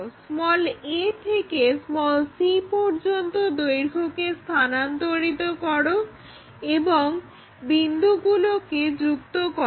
a থেকে c পর্যন্ত দৈর্ঘ্যকে স্থানান্তরিত করো এবং বিন্দুগুলোকে যুক্ত করো